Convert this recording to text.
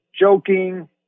joking